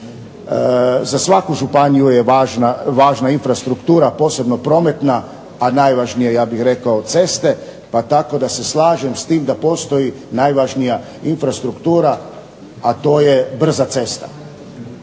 Za svaku županiju je važna infrastruktura, posebno prometna, a najvažnije ja bih rekao ceste pa tako da se slažem s tim da postoji najvažnija infrastruktura, a to je brza cesta.